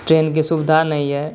ट्रेनके सुविधा नहि अइ